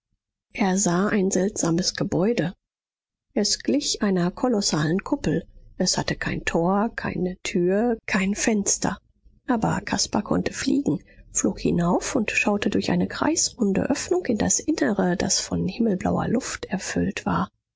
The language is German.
er sah ein seltsames gebäude es glich einer kolossalen kuppel es hatte kein tor keine tür kein fenster aber caspar konnte fliegen flog hinauf und schaute durch eine kreisrunde öffnung in das innere das von himmelblauer luft erfüllt war